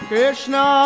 Krishna